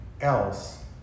else